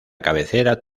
cabecera